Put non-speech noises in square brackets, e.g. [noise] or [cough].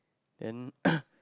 then [coughs]